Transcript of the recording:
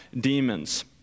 demons